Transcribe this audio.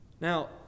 now